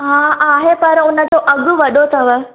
हा हा आहे पर हुन जो अघु वॾो अथव